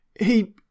He